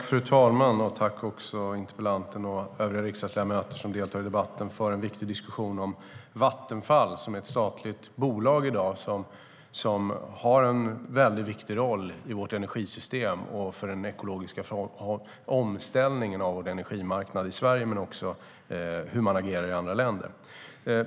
Fru talman! Jag vill tacka interpellanten och övriga riksdagsledamöter som deltar i debatten för en viktig diskussion om Vattenfall. Det är i dag ett statligt bolag som har en viktig roll i vårt energisystem och för den ekologiska omställningen av vår energimarknad i Sverige men också för hur man agerar i andra länder.